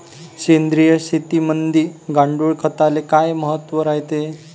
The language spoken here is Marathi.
सेंद्रिय शेतीमंदी गांडूळखताले काय महत्त्व रायते?